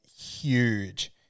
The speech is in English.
huge